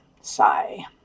Sigh